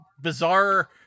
bizarre